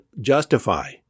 justify